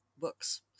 books